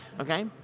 Okay